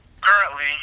Currently